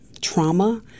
trauma